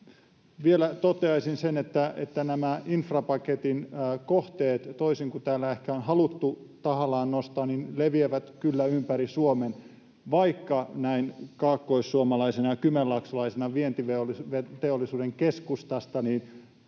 vielä toteaisin sen, että nämä infrapaketin kohteet, toisin kuin täällä ehkä on haluttu tahallaan nostaa, leviävät kyllä ympäri Suomen, vaikka näin kaakkoissuomalaisena ja kymenlaaksolaisena vientiteollisuuden keskustasta koen,